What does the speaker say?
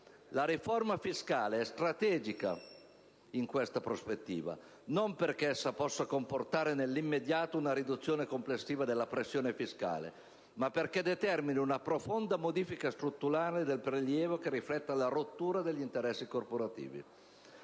La riforma fiscale è strategica, in questa prospettiva, non perché essa possa comportare nell'immediato una riduzione complessiva della pressione fiscale, ma perché determini una profonda modifica strutturale del prelievo che rifletta la rottura degli interessi corporativi.